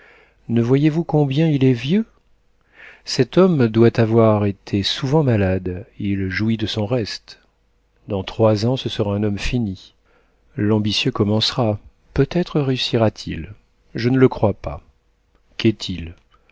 ne voyez-vous combien il est vieux cet homme doit avoir été souvent malade il jouit de son reste dans trois ans ce sera un homme fini l'ambitieux commencera peut-être réussira t il je ne le crois pas qu'est-il